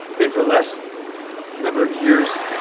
been for less number of years.